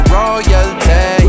royalty